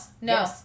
no